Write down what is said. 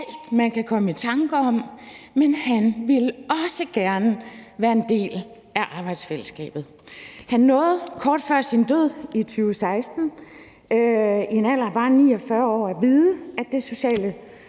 man kan komme i tanker om, men han ville også gerne være en del af arbejdsfællesskabet. Han nåede kort før sin død i 2016 i en alder af bare 49 år at få vished om, at det sociale